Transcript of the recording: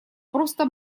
просто